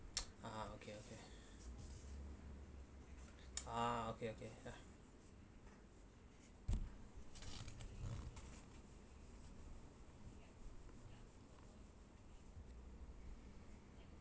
ah okay okay ah okay okay ha